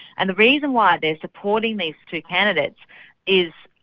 and the reason why they're supporting these two candidates is,